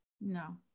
no